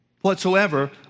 whatsoever